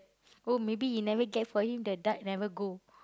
oh maybe he never get for me the duck never go